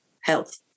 health